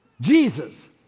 Jesus